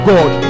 God